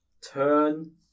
Turn